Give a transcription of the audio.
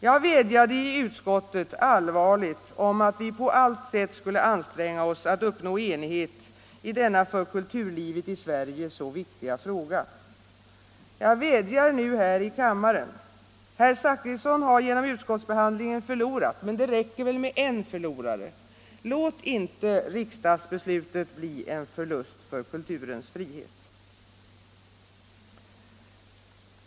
Jag vädjade i utskottet allvarligt om att vi på allt sätt skulle anstränga OSS att uppnå enighet i denna för kulturlivet i Sverige så viktiga fråga. Jag vädjar nu här i kammaren; herr Zachrisson har genom utskottsbehandlingen förlorat. Men det räcker med en förlorare. Låt inte riksdagsbeslutet bli en förlust för kulturens frihet!